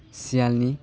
सियालनि